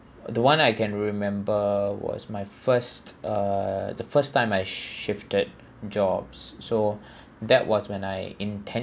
the one I can remember was my first uh the first time I shifted jobs so that was when I intentionally